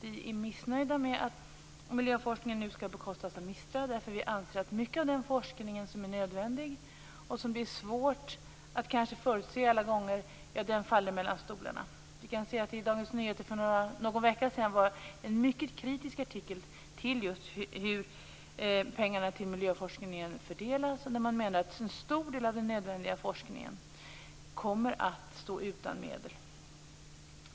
Vi är missnöjda med att miljöforskningen nu skall bekostas av MISTRA, eftersom vi anser att mycket av den forskning som är nödvändig och som det blir svårt att alla gånger förutse faller mellan stolarna. För någon vecka sedan var det en artikel i Dagens Nyheter som var mycket kritisk till just hur pengarna till miljöforskningen fördelas. Man menade att en stor del av den nödvändiga forskningen kommer att stå utan medel.